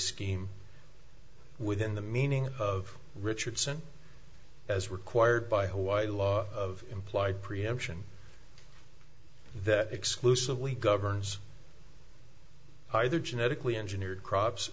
scheme within the meaning of richardson as required by hawaii law of implied preemption that exclusively governs either genetically engineered crops